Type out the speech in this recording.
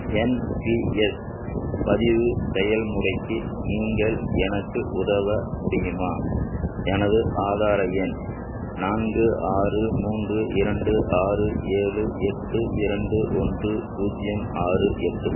என் P S பதிவு செயல்முறைக்கு நீங்கள் எனக்கு உதவ முடியுமா எனது ஆதார எண் நான்கு ஆறு மூன்று இரண்டு ஆறு ஏழு எட்டு இரண்டு ஒன்று பூஜ்ஜியம் ஆறு எட்டு